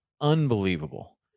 unbelievable